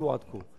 שהושגו עד כה.